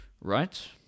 Right